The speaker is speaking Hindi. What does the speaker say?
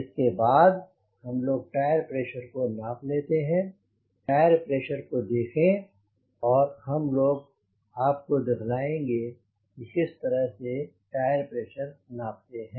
इसके बाद हम लोग टायर का प्रेशर नाप लेते हैं टायर प्रेशर को देखें और हम लोग आपको दिखाएंगे कि किस तरह से टायर प्रेशर नापते हैं